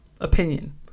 opinion